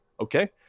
Okay